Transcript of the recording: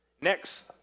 Next